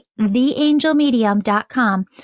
theangelmedium.com